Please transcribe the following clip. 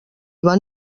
van